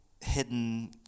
hidden